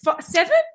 Seven